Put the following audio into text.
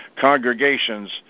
congregations